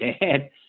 dad